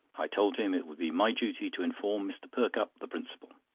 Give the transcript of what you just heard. i told him it would be my duty to inform mr. perkupp, the principal.